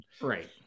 Right